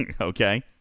okay